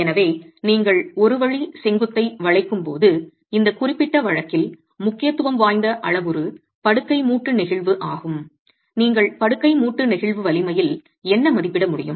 எனவே நீங்கள் ஒரு வழி செங்குத்து ஐ வளைக்கும் போது இந்த குறிப்பிட்ட வழக்கில் முக்கியத்துவம் வாய்ந்த அளவுரு படுக்கை மூட்டு நெகிழ்வு ஆகும் நீங்கள் படுக்கை கூட்டு நெகிழ்வு வலிமையில் என்ன மதிப்பிட முடியும்